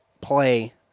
play